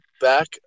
back